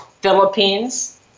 Philippines